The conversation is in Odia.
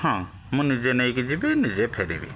ହଁ ମୁଁ ନିଜେ ନେଇକି ଯିବି ନିଜେ ଫେରିବି